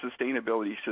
sustainability